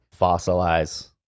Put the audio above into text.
fossilize